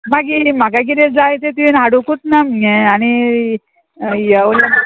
मागीर म्हाका कितें जाय तें तूं हाडूंकूच ना मगे आनी येव